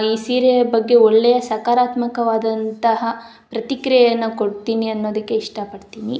ಈ ಸೀರೆಯ ಬಗ್ಗೆ ಒಳ್ಳೆಯ ಸಕಾರಾತ್ಮಕವಾದಂತಹ ಪ್ರತಿಕ್ರಿಯೆಯನ್ನ ಕೊಡ್ತೀನಿ ಅನ್ನೋದಕ್ಕೆ ಇಷ್ಟ ಪಡ್ತೀನಿ